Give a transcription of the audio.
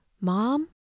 Mom